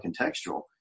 contextual